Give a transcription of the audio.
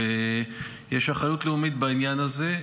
יש אחריות לאומית בעניין הזה,